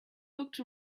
looked